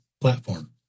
platform